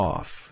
Off